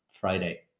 Friday